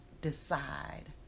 decide